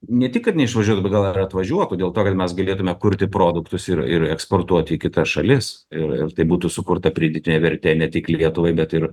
ne tik kad neišvažiuotų bet gal ir atvažiuotų dėl to kad mes galėtume kurti produktus ir ir eksportuoti į kitas šalis ir ir taip būtų sukurta pridėtinė vertė ne tik lietuvai bet ir